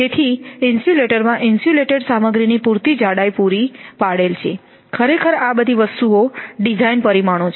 તેથી ઇન્સ્યુલેટરમાં ઇન્સ્યુલેટેડ સામગ્રીની પૂરતી જાડાઈ પૂરી પાડેલ છે ખરેખર આ બધી વસ્તુ ઓ ડિઝાઇન પરિમાણો છે